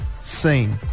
seen